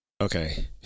Okay